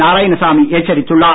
நாராயணசாமி எச்சரித்துள்ளார்